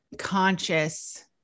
conscious